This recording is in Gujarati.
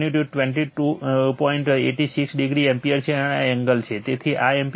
86o એમ્પીયર છે અને આ એંગલ છે તેથી આ એમ્પીયર છે